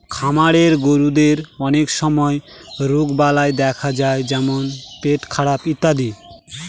খামারের গরুদের অনেক সময় রোগবালাই দেখা যায় যেমন পেটখারাপ ইত্যাদি